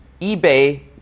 eBay